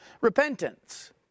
repentance